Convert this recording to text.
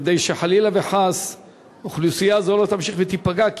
כדי שחלילה וחס אוכלוסייה זו לא תמשיך ותיפגע.